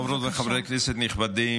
חברות וחברי כנסת נכבדים,